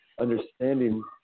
Understanding